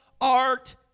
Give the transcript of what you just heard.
art